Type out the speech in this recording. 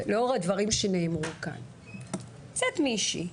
לאור הדברים שנאמרו כאן, יוצאת מישהי,